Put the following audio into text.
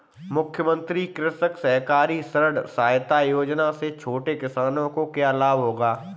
मुख्यमंत्री कृषक सहकारी ऋण सहायता योजना से छोटे किसानों को क्या लाभ होगा?